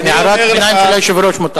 הערת ביניים של היושב-ראש, מותר.